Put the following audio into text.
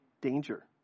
Danger